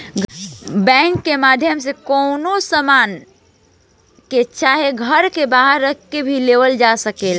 bank के माध्यम से कवनो सामान के चाहे घर के बांहे राख के भी लिहल जा सकेला